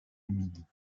humides